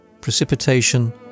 Precipitation